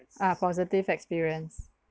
uh positive experience